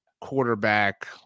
quarterback